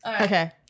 Okay